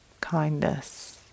kindness